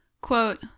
Quote